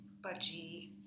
budgie